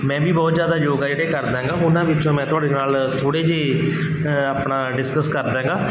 ਮੈਂ ਵੀ ਬਹੁਤ ਜ਼ਿਆਦਾ ਯੋਗਾ ਜਿਹੜਾ ਕਰਦਾ ਹੈਗਾ ਉਹਨਾਂ ਵਿੱਚੋਂ ਮੈਂ ਤੁਹਾਡੇ ਨਾਲ ਥੋੜ੍ਹੇ ਜਿਹੇ ਆਪਣਾ ਡਿਸਕਸ ਕਰਦਾ ਹੈਗਾ